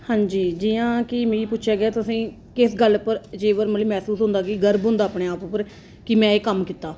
हां जी जियां कि मिगी पुच्छेआ गेआ ऐ तुसेंगी किस गल्ल उप्पर जीवन महसूस होंदा कि गर्व होंदा अपने आप उप्पर कि में एह् कम्म कीता